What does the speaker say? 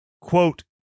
quote